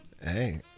Hey